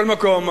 מכל מקום,